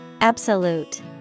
Absolute